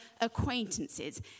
acquaintances